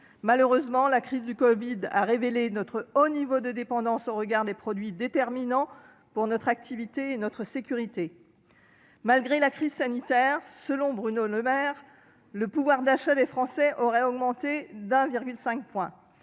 Malheureusement, la crise du covid-19 a révélé notre haut niveau de dépendance sur des produits déterminants pour notre activité et notre sécurité. Malgré la crise sanitaire, le pouvoir d'achat des Français aurait augmenté, selon